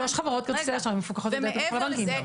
שלוש חברות כרטיסי האשראי מפוקחות על ידי הבנקים.